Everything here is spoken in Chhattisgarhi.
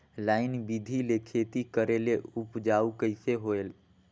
लाइन बिधी ले खेती करेले उपजाऊ कइसे होयल?